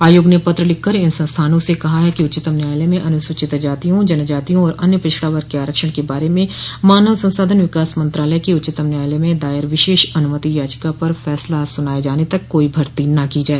आयोग ने पत्र लिखकर इन संस्थानों से कहा है कि उच्चतम न्यायालय में अनुसूचित जातियों जनजातियों और अन्य पिछड़ा वर्ग के आरक्षण के बारे में मानव संसाधन विकास मंत्रालय की उच्चतम न्यायालय में दायर विशेष अनुमति याचिका पर फसला सुनाए जाने तक कोई भर्ती न की जाए